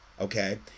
okay